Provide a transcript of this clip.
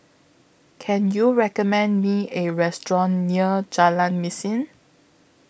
Can YOU recommend Me A Restaurant near Jalan Mesin